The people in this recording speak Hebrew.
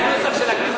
זה הנוסח של הכתובה.